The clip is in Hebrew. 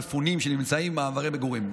מפונים שנמצאים במעברי מגורים.